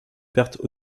perte